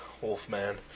Wolfman